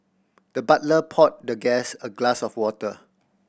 the butler poured the guest a glass of water